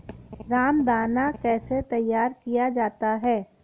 रामदाना कैसे तैयार किया जाता है?